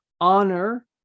honor